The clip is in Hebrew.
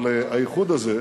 אבל האיחוד הזה,